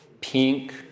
pink